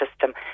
system